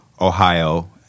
Ohio